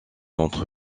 entre